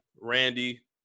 Randy